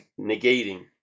negating